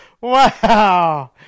Wow